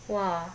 !wah!